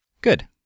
Good